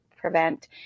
prevent